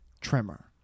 trimmer